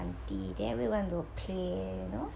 aunty then everyone will play you know